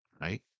right